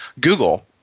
Google